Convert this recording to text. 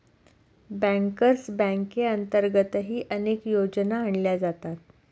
bankers बँकेअंतर्गतही अनेक योजना आणल्या जातात